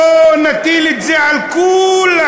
בואו נטיל את זה על כו-לם.